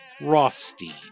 Rothstein